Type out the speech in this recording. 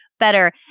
better